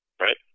Right